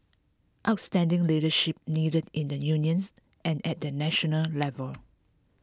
outstanding leadership needed in the unions and at the national level